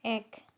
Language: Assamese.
এক